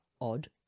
odd